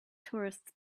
tourists